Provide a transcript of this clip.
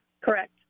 Correct